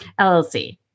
LLC